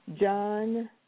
John